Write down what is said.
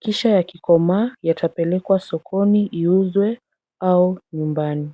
kisha yakikomaa yatapelekwa sokoni iuzwe au nyumbani.